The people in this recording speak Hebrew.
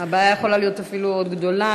הבעיה יכולה להיות אפילו עוד יותר גדולה